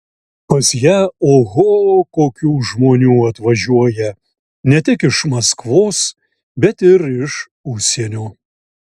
pas ją oho kokių žmonių atvažiuoja ne tik iš maskvos bet ir iš užsienio